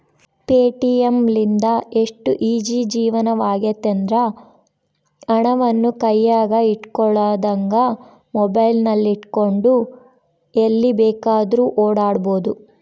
Paytm ಲಿಂದ ಎಷ್ಟು easy ಜೀವನವಾಗೆತೆಂದ್ರ, ಹಣವನ್ನು ಕೈಯಗ ಇಟ್ಟುಕೊಳ್ಳದಂಗ ಮೊಬೈಲಿನಗೆಟ್ಟುಕೊಂಡು ಎಲ್ಲಿ ಬೇಕಾದ್ರೂ ಓಡಾಡಬೊದು